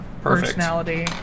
personality